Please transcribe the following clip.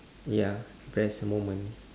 ya impressed moment